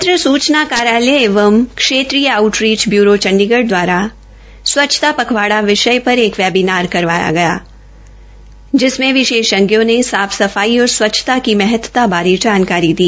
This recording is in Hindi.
पत्र सूचना कार्यालय एवं क्षेत्रीय आउटरीच बयूरो चंडीगढ़ दवारा स्व्च्छता पख्वाड़ा विषय पर एक वेबीनार करवाया गया जिसमें विशेषज्ञों ने साफ सफाई और स्वच्छता की महत्ता बारे जानकारी दी